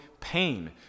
pain